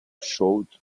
showed